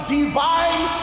divine